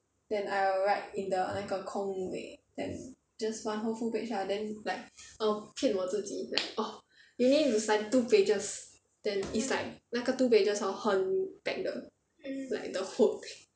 then I will write in the 那个空位 then just one whole full page lah then like oh 骗我自己 orh you need to study two pages then is like 那个 two pages hor 很 pack 的 like the whole page